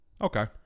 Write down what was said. Okay